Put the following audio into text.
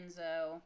Enzo